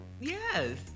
Yes